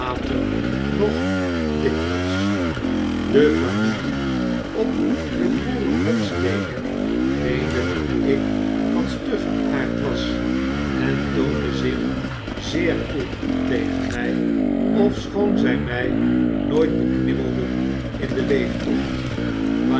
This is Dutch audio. nog dikwijls de familie op de boerenhofstede meende dat ik van stuggen aard was en toonde zich zeer koel tegen my ofschoon zy mij nooit beknibbelden in den leeftocht